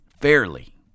fairly